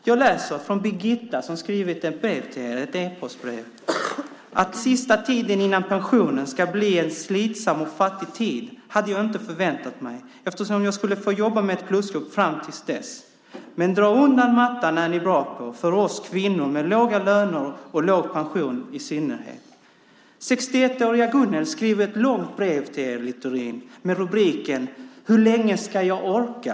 Jag läser vad Birgitta har skrivit i ett e-postbrev: Att sista tiden före pensionen ska bli en slitsam och fattig tid hade jag inte förväntat mig eftersom jag skulle få jobba med ett plusjobb fram till dess. Att dra undan mattan är ni bra på i synnerhet för oss kvinnor med låga löner och låg pension. 61-åriga Gunnel skrev ett långt brev till er, Littorin, med rubriken: Hur länge ska jag orka?